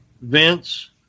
Vince